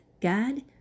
God